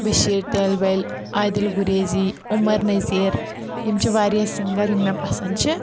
بشیٖر تیل بٔلۍ عدِل گُریزی عمر نظیٖر یِم چھِ واریاہ سِنگَر یِم مےٚ پَسنٛد چھِ